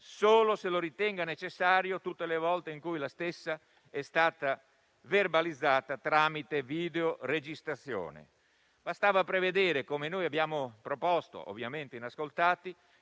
solo se lo ritenga necessario tutte le volte in cui la stessa è stata verbalizzata tramite videoregistrazione. Bastava prevedere, come abbiamo proposto (ovviamente inascoltati),